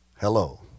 Hello